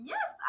Yes